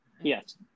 Yes